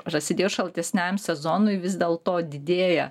prasidėjus šaltesniajam sezonui vis dėl to didėja